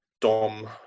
Dom